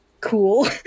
cool